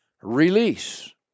release